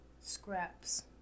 scraps